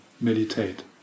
meditate